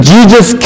Jesus